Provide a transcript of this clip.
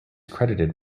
credited